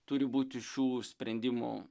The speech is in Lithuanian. turi būti šių sprendimų